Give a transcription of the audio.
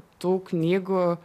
tų knygų